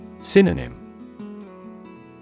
Synonym